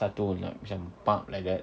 satu nak macam like that